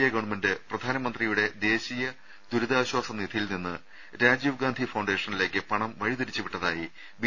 A government പ്രധാനമന്ത്രിയുടെ ദേശീയ ദുരിതാശ്വാസ നിധിയിൽ നിന്ന് രാജീവ് ഗാന്ധി ഫൌണ്ടേഷനിലേയ്ക്ക് പണം വഴി തിരിച്ച് വിട്ടതായി ബി